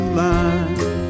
line